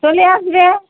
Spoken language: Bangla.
চলে আসবে